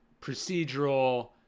procedural